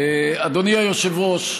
אדוני היושב-ראש,